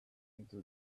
into